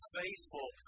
faithful